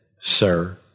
Sir